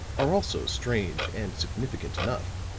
are also strange and significant enough.